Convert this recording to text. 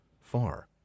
far